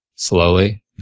Slowly